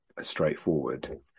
straightforward